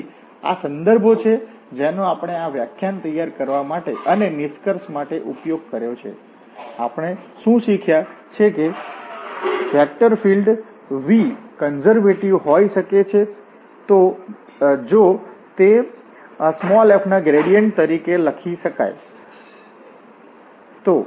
તેથી આ સંદર્ભો છે જેનો આપણે આ વ્યાખ્યાન તૈયાર કરવા અને નિષ્કર્ષ માટે ઉપયોગ કર્યો છે તેથી આપણે શું શીખ્યા છે કે વેક્ટર ફીલ્ડ V કન્ઝર્વેટિવ હોઈ શકે છે જો તે f ના ગ્રેડિયન્ટ તરીકે લખી શકાય તો